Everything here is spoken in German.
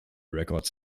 records